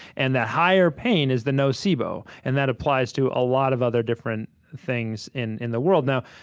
and the higher pain is the nocebo. and that applies to a lot of other different things in in the world. now,